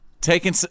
Taking